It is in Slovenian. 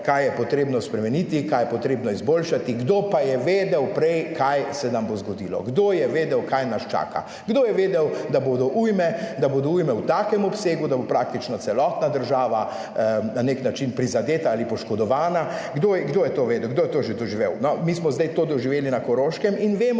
kaj je potrebno spremeniti, kaj je potrebno izboljšati. Kdo pa je vedel prej, kaj se nam bo zgodilo? Kdo je vedel kaj nas čaka? Kdo je vedel, da bodo ujme, da bodo ujme v takem obsegu, da bo praktično celotna država na nek način prizadeta ali poškodovana? Kdo je to vedel? Kdo je to že doživel? No, mi smo zdaj to doživeli na Koroškem in vemo